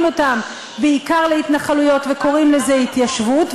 אותם בעיקר להתנחלויות וקוראים לזה "התיישבות",